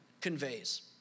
conveys